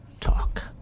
talk